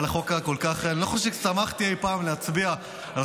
אני לא חושב ששמחתי אי פעם להצביע על